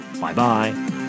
Bye-bye